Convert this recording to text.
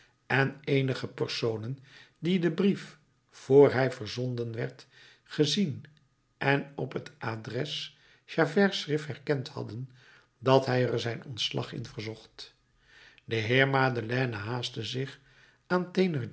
en eenige personen die den brief vr hij verzonden werd gezien en op het adres javerts schrift herkend hadden dat hij er zijn ontslag in verzocht de heer madeleine haastte zich aan